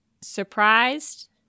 surprised